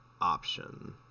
option